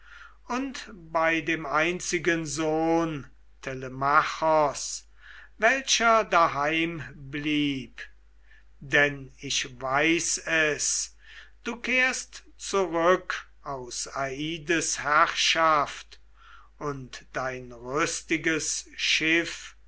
und bei dem einzigen sohne telemachos welcher daheim blieb denn ich weiß es du kehrst zurück aus aides herrschaft und dein rüstiges schiff